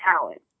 talent